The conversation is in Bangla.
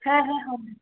হ্যাঁ হ্যাঁ হবে